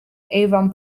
avon